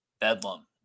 Bedlam